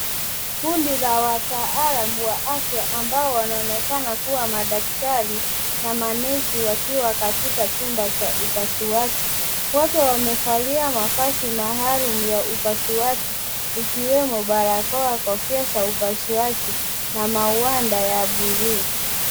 Kundi la wataalamu wa afya ambao wanaonekana kuwa madaktari na manesi, wakiwa katika chumba cha upasuaji. Wote wamevalia mavazi maalum ya upasuaji ikiwemo barakoa, kofia za upasuaji na magwanda ya buluu.